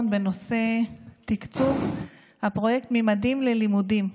בנושא תקצוב הפרויקט ממדים ללימודים,